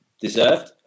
deserved